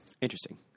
Interesting